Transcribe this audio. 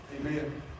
Amen